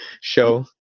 show